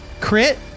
crit